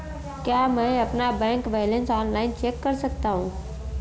क्या मैं अपना बैंक बैलेंस ऑनलाइन चेक कर सकता हूँ?